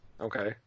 Okay